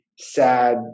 sad